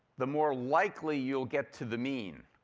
the more likely you'll get to the mean.